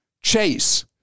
Chase